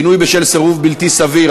4) (פינוי בשל סירוב בלתי סביר),